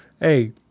Hey